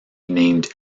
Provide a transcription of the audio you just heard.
named